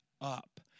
up